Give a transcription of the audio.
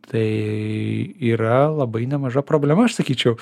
tai yra labai nemaža problema aš sakyčiau